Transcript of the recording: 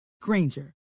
Granger